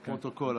לפרוטוקול.